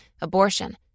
abortion